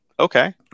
Okay